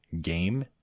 game